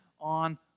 on